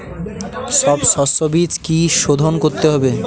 সব শষ্যবীজ কি সোধন করতে হবে?